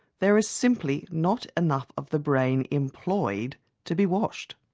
there is simply not enough of the brain employed to be washed.